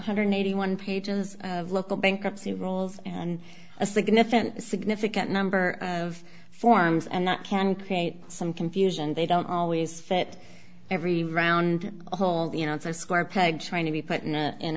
hundred and eighty one pages of local bankruptcy rules and a significant significant number of forms and that can create some confusion they don't always fit every round hole you know it's a square peg trying to be put in